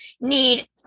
need